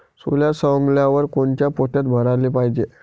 सोला सवंगल्यावर कोनच्या पोत्यात भराले पायजे?